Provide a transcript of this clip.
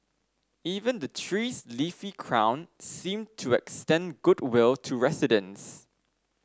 even the tree's leafy crown seemed to extend goodwill to residents